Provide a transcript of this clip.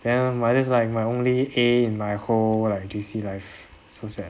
then my that's like my only a in my whole like J_C life so sad